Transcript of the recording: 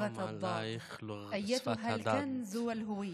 (אומרת דברים בשפה הערבית,